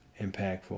impactful